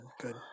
good